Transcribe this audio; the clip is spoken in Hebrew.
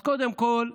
אז קודם כול,